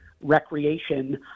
recreation